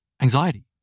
Anxiety